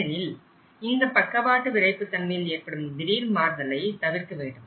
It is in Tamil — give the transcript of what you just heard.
ஏனெனில் இந்த பக்கவாட்டு விரைப்புத்தன்மையில் ஏற்படும் திடீர் மாறுதலை தவிர்க்க வேண்டும்